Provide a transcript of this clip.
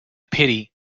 pity